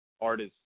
artists